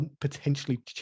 potentially